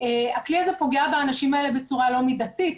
הכלי הזה פוגע באנשים האלה בצורה לא מידתית.